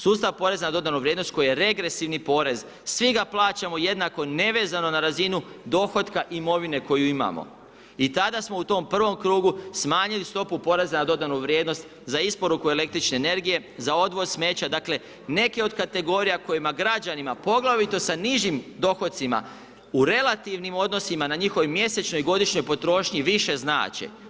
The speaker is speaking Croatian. Sustav poreza na dodanu vrijednost koji je regresivni porez, svi ga plaćamo jednako nevezano na razinu dohotka imovine koju imamo i tada smo u tom prvom krugu smanjili stopu poreza na dodanu vrijednost za isporuku električne energije, za odvoz smeća, dakle neke od kategorija kojima građanima poglavito sa nižim dohocima u relativnim odnosima na njihovoj mjesečnoj godišnjoj potrošnji više znače.